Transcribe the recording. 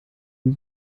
die